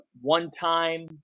one-time